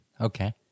okay